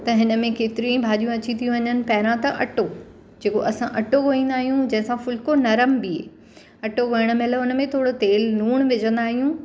त हिन में केतिरी ई भाॼियूं अची थी वञनि पहिरों त अटो जेको असां अटो ॻोहींदा आहियूं जंहिंसां फुलिको नरम बीहे अटो ॻोहिणु महिल उन में थोरो तेलु लूणु विझंदा आहियूं